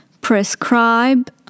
Prescribe